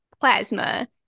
plasma